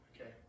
okay